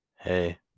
Hey